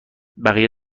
بقیه